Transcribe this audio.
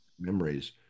memories